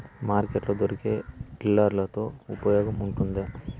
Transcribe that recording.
Market లో దొరికే tiller తో ఉపయోగం ఉంటుందా?